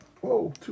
Whoa